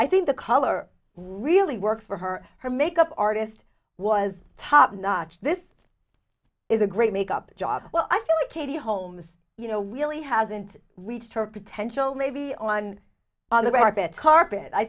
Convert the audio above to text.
i think the color really works for her her makeup artist was top notch this is a great makeup job well i think katie holmes you know really hasn't reached her potential maybe on on the carpet